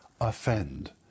offend